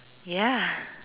ya